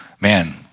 man